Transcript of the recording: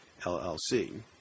LLC